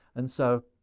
and sso,